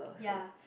ya